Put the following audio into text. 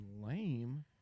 lame